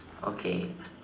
okay